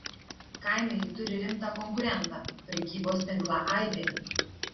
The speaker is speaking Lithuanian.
kaime ji turi rimtą konkurentą prekybos tinklą aibė